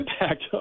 impact